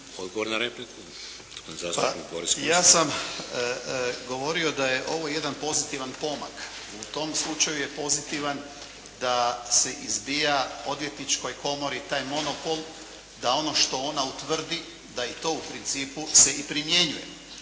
Boris (HDZ)** Ja sam govorio da je ovo jedan pozitivan pomak. U tom slučaju je pozitivan da se izbija odvjetničkoj komori taj monopol da ono što ona utvrdi da i to u principu se i primjenjuje.